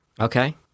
Okay